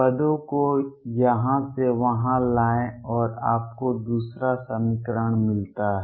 पदों को यहां से वहां लाएं और आपको दूसरा समीकरण मिलता है